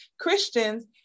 Christians